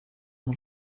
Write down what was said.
mon